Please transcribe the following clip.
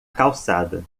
calçada